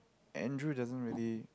Andrew doesn't really